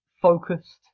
focused